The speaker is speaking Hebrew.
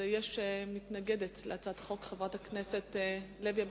יש מתנגדת להצעת החוק, חברת הכנסת לוי אבקסיס.